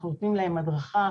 אנחנו נותנים להן הדרכה.